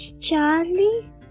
Charlie